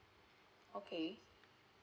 okay